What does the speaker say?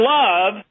love